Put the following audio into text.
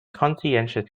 conscientious